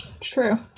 True